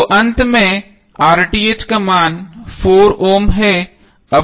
तो अंत में का मान 4 ओम है